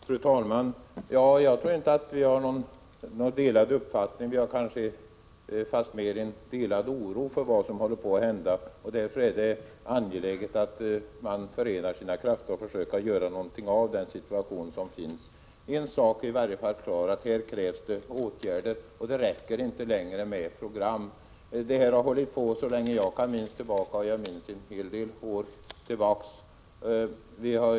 Fru talman! Jag tror inte att vi har några delade uppfattningar, utan kanske fastmer en gemensam oro för vad som håller på att hända. Därför är det angeläget att man med förenade krafter försöker göra någonting åt den situation som råder. En sak är i varje fall klar: här krävs det åtgärder. Det räcker inte längre med program. Sådana här föroreningar har skett så långt tillbaka jag kan minnas, och det är en ganska lång tid.